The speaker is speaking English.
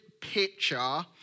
picture